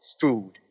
food